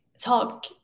talk